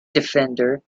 defender